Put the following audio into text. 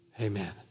Amen